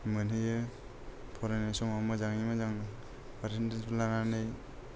मोनहैयो फरायनाय समाव मोजाङै मोजां पारसेनटेजफोर लानानै